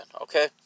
okay